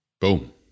Boom